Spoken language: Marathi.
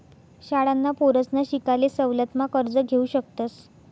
शाळांना पोरसना शिकाले सवलत मा कर्ज घेवू शकतस